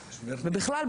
בכלל,